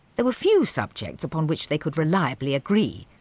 there were few subjects upon which they could reliably agree,